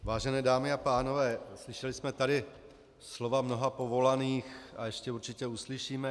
Vážené dámy a pánové, slyšeli jsme tady slova mnoha povolaných a ještě určitě uslyšíme.